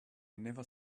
never